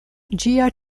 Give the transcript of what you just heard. ĝia